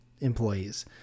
employees